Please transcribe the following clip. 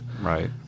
Right